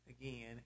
again